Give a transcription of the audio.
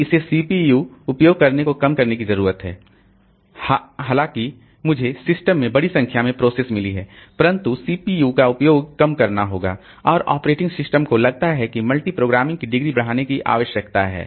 तो इसे CPU उपयोग को कम करने की जरूरत है हां हालांकि मुझे सिस्टम में बड़ी संख्या में प्रोसेस मिली हैं परंतु सीपीयू का उपयोग कम करना होगा और ऑपरेटिंग सिस्टम को लगता है कि मल्टीप्रोग्रामिंग की डिग्री बढ़ाने की आवश्यकता है